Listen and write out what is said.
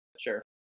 Sure